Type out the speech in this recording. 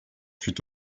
fut